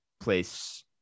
place